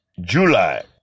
July